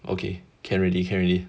okay can already can already